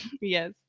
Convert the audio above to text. Yes